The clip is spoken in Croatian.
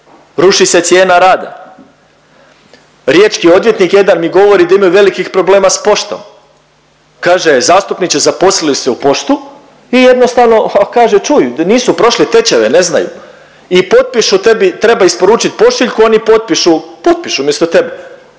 ruši se cijena rada. Riječki odvjetnik jedan mi govori da imaju velikih problema s poštom, kaže zastupniče zaposlili su se u poštu i jednostavno kaže čuj nisu prošli tečajeve, ne znaju i potpišu, tebi treba isporučit pošiljku, oni potpišu, potpišu umjesto tebe,